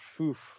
oof